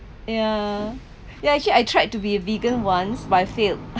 yeah yeah actually I tried to be a vegan once but I failed